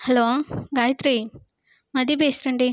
hello Gayathri Mathi பேசுறேன்டி